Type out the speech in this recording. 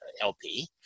LP